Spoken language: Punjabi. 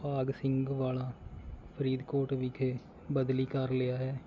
ਭਾਗ ਸਿੰਘ ਵਾਲਾ ਫਰੀਦਕੋਟ ਵਿਖੇ ਬਦਲੀ ਕਰ ਲਿਆ ਹੈ